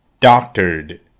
doctored